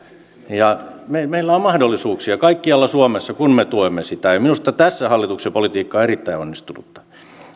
meillä on mahdollisuuksia kaikkialla suomessa kun me tuemme sitä ja minusta tässä hallituksen politiikka on erittäin onnistunutta